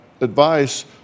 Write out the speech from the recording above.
advice